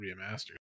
remastered